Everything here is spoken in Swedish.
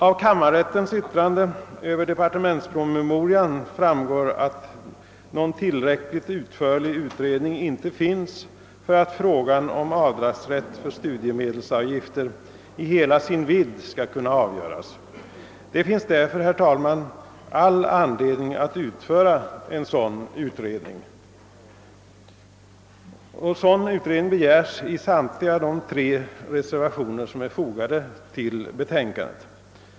Av kammarrättens yttrande över departementspromemorian framgår att någon tillräckligt utförlig utredning inte finns för att frågan om avdragsrätt för studiemedelsavgifter i hela sin vidd skall kunna avgöras. Det finns därför, herr talman, all anledning att göra en sådan utredning. Den begärs i samtliga de tre reservationer som är fogade vid betänkandet.